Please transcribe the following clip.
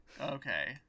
Okay